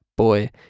Boy